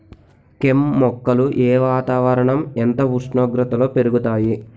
కెమ్ మొక్కలు ఏ వాతావరణం ఎంత ఉష్ణోగ్రతలో పెరుగుతాయి?